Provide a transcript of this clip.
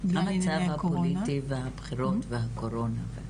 המצב הפוליטי והבחירות והקורונה...